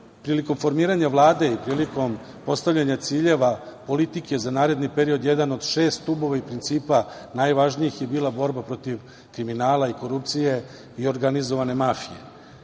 prilikom formiranja Vlade i prilikom postavljanja ciljeva politike za naredni period, jedan od šest stubova i principa najvažnijih je bila borba protiv kriminala i korupcije i organizovane mafije. Ovo